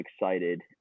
excited